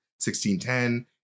1610